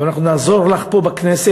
אבל אנחנו נעזור לך פה בכנסת,